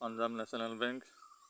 Punjab National bank